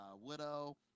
Widow